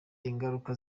ingaruka